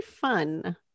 fun